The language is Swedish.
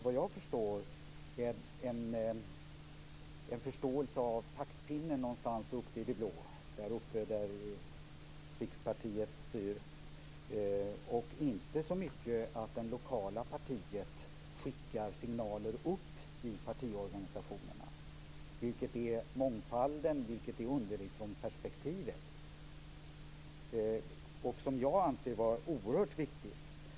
Vad jag förstår innebär det i stort sett en förståelse för att taktpinnen finns någonstans där uppe i det blå där rikspartiet styr och inte så mycket att det lokala partiet skickar signaler upp i partiorganisationen. Det är ju detta som är mångfalden och underifrånperspektivet, och det anser jag är oerhört viktigt.